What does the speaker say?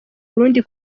burundi